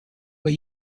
but